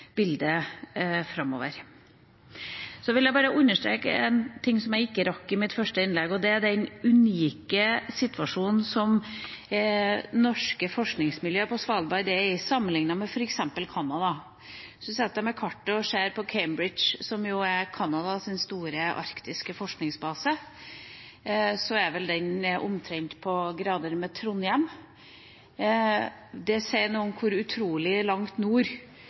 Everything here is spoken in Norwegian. framover. Jeg vil bare understreke en ting som jeg ikke rakk i mitt første innlegg, og det er den unike situasjonen som norske forskningsmiljøer på Svalbard er i, sammenliknet med f.eks. Canada. Hvis man sitter med kartet og ser på Cambridge Bay, hvor Canadas store arktiske forskningsbase er, er vel den på samme breddegrad som Trondheim. Det sier noe om hvor utrolig langt nord